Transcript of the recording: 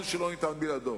נמצאה תרופה.